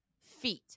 Feet